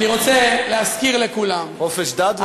אני רוצה להזכיר לכולם, חופש דת וחופש פולחן.